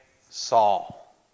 Saul